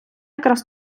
якраз